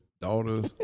daughters